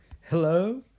Hello